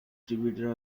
tributary